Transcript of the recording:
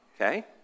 okay